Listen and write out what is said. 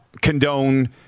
condone